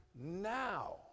now